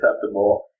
acceptable